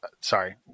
sorry